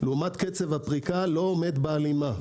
לעומת קצב הפריקה לא עומד בהלימה,